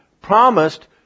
promised